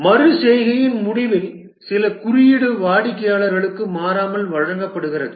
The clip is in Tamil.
மறு செய்கையின் முடிவில் சில குறியீடு வாடிக்கையாளருக்கு மாறாமல் வழங்கப்படுகிறது